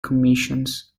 commissions